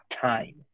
time